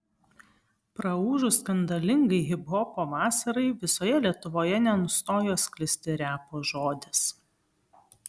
praūžus skandalingai hiphopo vasarai visoje lietuvoje nenustojo sklisti repo žodis